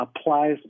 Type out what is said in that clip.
applies